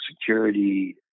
security